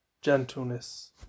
gentleness